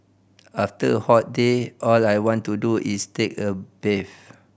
after a hot day all I want to do is take a bath